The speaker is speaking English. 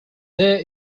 there